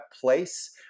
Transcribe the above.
place